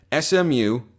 SMU